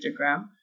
Instagram